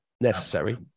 necessary